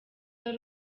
ari